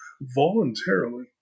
voluntarily